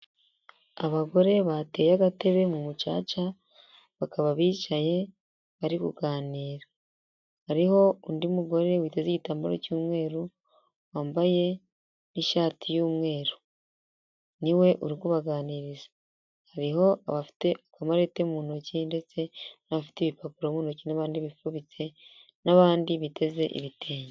Abagore bateye agatebe mu mucaca bakaba bicaye bari kuganira, hariho undi mugore witeze igitambaro cy'umweru wambaye ishati y'umweru ni we uri kubaganiriza, hariho abafite akamarete mu ntoki ndetse n'abafite ibipapuro mu ntoki n'abandi bifubitse n'abandi biteze ibitenge.